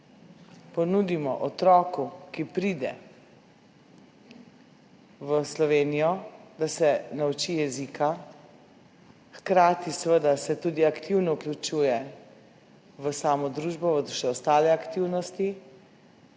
ponudimo otroku, ki pride v Slovenijo, da se nauči jezika, hkrati se seveda tudi aktivno vključuje v samo družbo, še ostale aktivnosti,